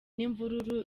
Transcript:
n’imvururu